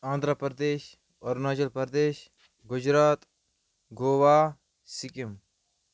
Andhra Pradesh Arunachal Pradesh Gujarat Goa Sikkim